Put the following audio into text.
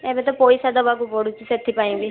ଏବେ ତ ପଇସା ଦେବାକୁ ପଡ଼ୁଛି ସେଥିପାଇଁ ବି